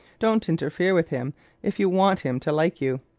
don't interfere with him if you want him to like you.